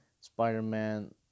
Spider-Man